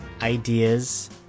ideas